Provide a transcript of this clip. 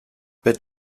but